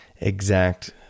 exact